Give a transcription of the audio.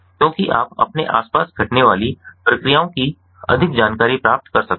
क्योंकि आप अपने आसपास घटने वाली प्रक्रियाओं की अधिक जानकारी प्राप्त कर सकते हैं